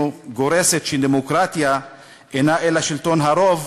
גורסת שדמוקרטיה אינה אלא שלטון הרוב,